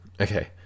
Okay